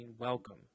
Welcome